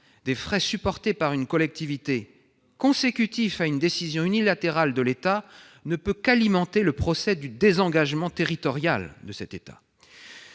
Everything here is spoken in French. des frais supportés par une collectivité à la suite d'une décision unilatérale de l'État ne peut qu'alimenter le procès du désengagement territorial dudit État.